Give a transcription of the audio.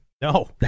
No